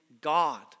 God